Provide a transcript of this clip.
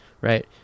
right